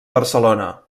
barcelona